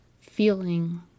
feeling